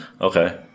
Okay